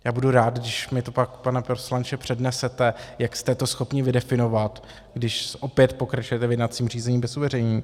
Já budu rád, když mi to pak, pane poslanče, přednesete, jak jste to schopni vydefinovat, když opět pokračujete v jednacím řízení bez uveřejnění.